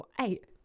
eight